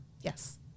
yes